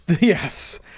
Yes